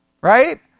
right